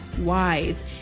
wise